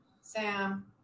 Sam